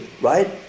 right